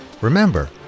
Remember